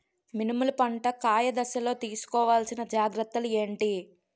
మినుములు పంట కాయ దశలో తిస్కోవాలసిన జాగ్రత్తలు ఏంటి?